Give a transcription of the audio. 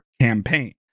campaign